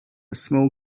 small